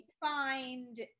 find